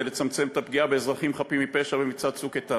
לצמצם את הפגיעה באזרחים חפים מפשע במבצע "צוק איתן".